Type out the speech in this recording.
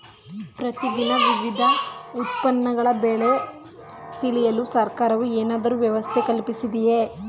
ಪ್ರತಿ ದಿನ ವಿವಿಧ ಉತ್ಪನ್ನಗಳ ಬೆಲೆ ತಿಳಿಯಲು ಸರ್ಕಾರವು ಏನಾದರೂ ವ್ಯವಸ್ಥೆ ಕಲ್ಪಿಸಿದೆಯೇ?